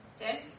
okay